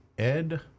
Ed